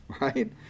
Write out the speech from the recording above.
right